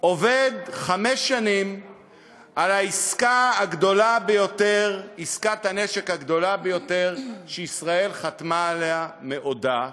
עובד חמש שנים על עסקת הנשק הגדולה ביותר שישראל חתמה עליה מעודה.